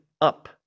up